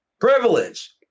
privilege